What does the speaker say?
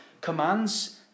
commands